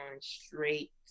straight